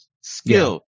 skill